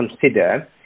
consider